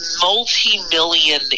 multi-million